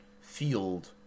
field